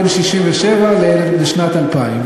בין 1967 לשנת 2000,